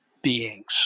beings